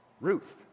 Ruth